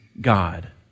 God